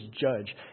judge